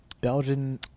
Belgian